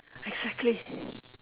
exactly